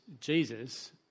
Jesus